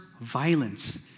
violence